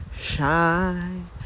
shine